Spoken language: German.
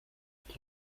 und